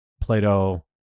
Plato